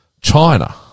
China